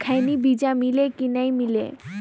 खैनी बिजा मिले कि नी मिले?